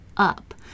up